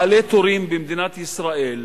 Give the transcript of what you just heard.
בעלי טורים במדינת ישראל,